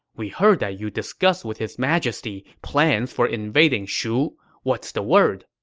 we heard that you discussed with his majesty plans for invading shu. what's the word?